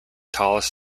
tallest